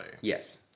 Yes